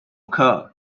kerr